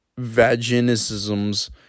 vaginisms